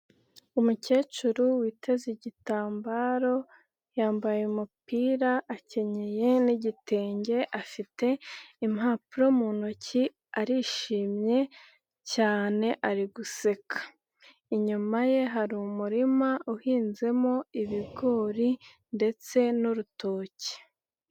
Umukecuru witeze igitambaro, yambaye umupira akenyeye n'igitenge afite impapuro mu ntoki arishimye cyane ari guseka, inyuma ye hari umurima uhinzemo ibigori ndetse n'urutoki.